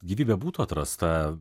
gyvybė būtų atrasta